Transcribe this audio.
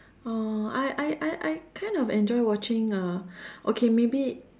oh I I I I kind of enjoy watching uh okay maybe